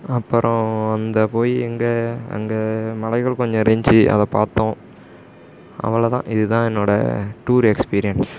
அப்புறம் அங்கே போய் எங்கே அங்கே மலைகள் கொஞ்சம் இருந்துச்சு அதை பார்த்தோம் அவ்வளோ தான் இது தான் என்னோடய டூர் எக்ஸ்பீரியன்ஸ்